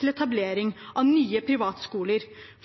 til etablering av nye privatskoler